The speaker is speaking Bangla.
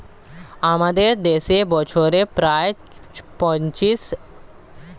আমাদের দেশে বছরে প্রায় পঁচিশ শতাংশ চাষ হয় এবং চারবার ফসল হয়